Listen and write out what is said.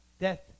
death